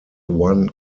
one